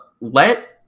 let